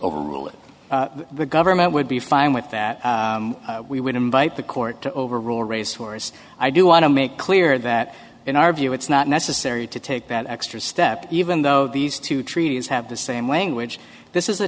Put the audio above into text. rule the government would be fine with that we would invite the court to overrule race wars i do want to make clear that in our view it's not necessary to take that extra step even though these two treaties have the same language this is a